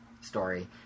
Story